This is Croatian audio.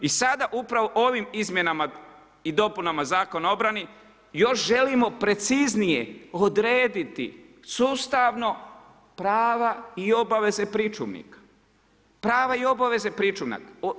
I sada upravo ovim izmjenama i dopunama Zakona o obrani još želimo preciznije odrediti sustavno prava i obaveze pričuvnika, prava i obaveze pričuvnika.